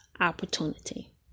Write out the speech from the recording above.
opportunity